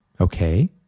Okay